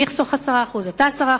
אני אחסוך 10%, אתה 10%,